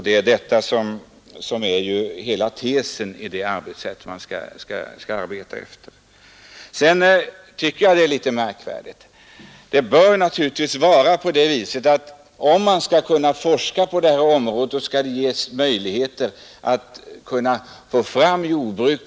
Det är hela tesen i det sätt man skall arbeta på. För att kunna forska på detta område måste man naturligtvis få odlingar på så stora områden att man är oberoende av den bekämpning med biocider som sker på intilliggande jordbruk.